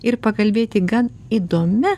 ir pakalbėti gan įdomia